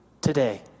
today